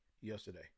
yesterday